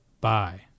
Bye